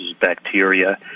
bacteria